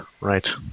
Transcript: Right